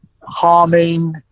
harming